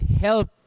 help